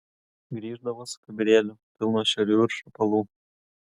grįždavo su kibirėliu pilnu ešerių ir šapalų